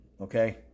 okay